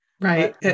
Right